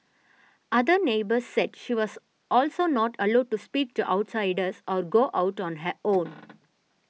other neighbours said she was also not allowed to speak to outsiders or go out on her own